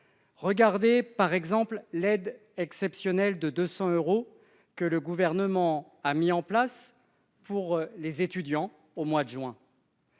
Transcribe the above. sortir. Par exemple, l'aide exceptionnelle de 200 euros que le Gouvernement a mise en place pour les étudiants au mois de juin